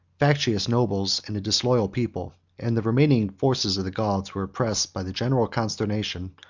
factious nobles, and a disloyal people and the remaining forces of the goths were oppressed by the general consternation,